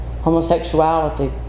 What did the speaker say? Homosexuality